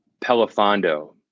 Pelafondo